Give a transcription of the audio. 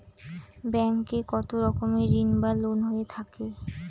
Bank এ কত রকমের ঋণ বা লোন হয়ে থাকে?